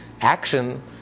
Action